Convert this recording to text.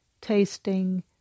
tasting